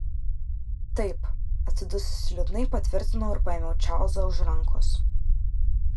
taip atsidususi liūdnai patvirtinau ir paėmiau čarlzą už rankos